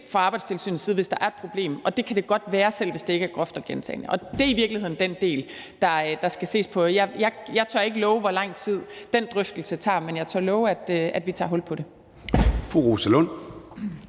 fra Arbejdstilsynets side, hvis der er et problem, og det kan det godt være, selv hvis det ikke er groft og gentagende. Det er i virkeligheden den del, der skal ses på. Jeg tør ikke sige, hvor lang tid den drøftelse tager, men jeg tør love, at vi tager hul på det.